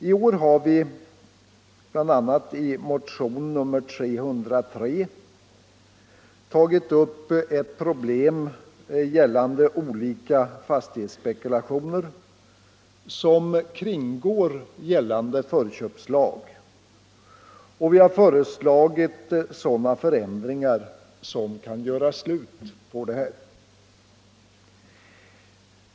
I år har vi bl.a. i motionen 303 tagit upp problemet med olika fastighetspekulationer som kringgår gällande förköpslag och föreslagit sådana förändringar som kan göra slut på sådana spekulationer.